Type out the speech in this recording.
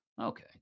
Okay